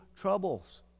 troubles